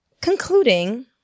concluding